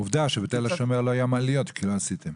עובדה שבתל השומר לא היו מעליות כי לא עשיתם.